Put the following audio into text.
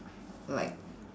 like